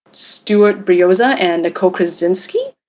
stuart brioza and nicole krasinski,